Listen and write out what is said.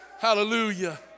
Hallelujah